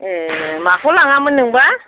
ए माखौ लाङामोन नोंबा